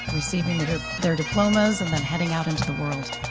receiving their diplomas and heading out into the world.